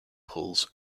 pools